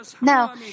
Now